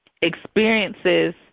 experiences